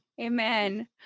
Amen